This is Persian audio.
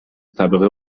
طبقه